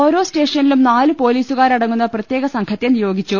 ഓരോ സ്റ്റേഷ നിലും നാല് പൊലീസുകാരടങ്ങുന്ന പ്രത്യേക സംഘത്തെ നിയോ ഗിച്ചു